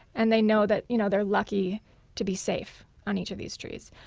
and they know that you know they are lucky to be safe on each of these trees.